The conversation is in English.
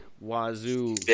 wazoo